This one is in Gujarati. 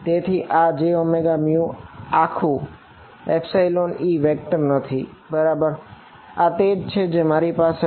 તેથી આ jωμ છે આખું ϵE વેક્ટર નથી બરાબર આ તે છે જે મારી પાસે છે